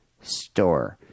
store